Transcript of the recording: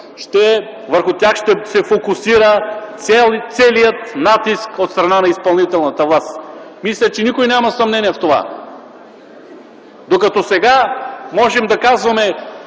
съд, ще се фокусира целият натиск от страна на изпълнителната власт. Мисля, че никой няма съмнение в това. Докато сега, някой